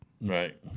Right